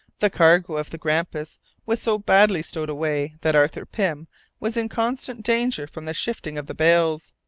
the cargo of the grampus was so badly stowed away that arthur pym was in constant danger from the shifting of the bales,